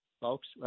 folks